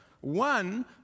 One